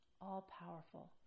all-powerful